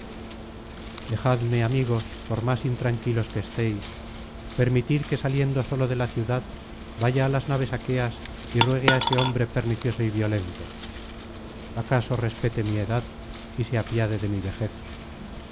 dejadme amigos por más intranquilos que estéis permitid que saliendo solo de la ciudad vaya á las naves aqueas y ruegue á ese hombre pernicioso y violento acaso respete mi edad y se apiade de mi vejez